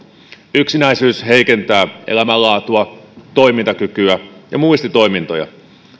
yksinäisyys heikentää elämänlaatua toimintakykyä ja muistitoimintoja